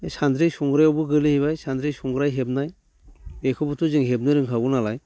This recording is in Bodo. बे सानद्रि संग्राइयावबो गोग्लैहैबाय सानद्रि संग्राइ हेबनाय बेखौबोथ' जों हेबनो रोंखागौ नालाय